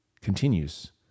continues